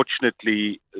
Unfortunately